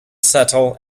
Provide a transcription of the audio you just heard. settle